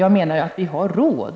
Jag menar att vi har råd.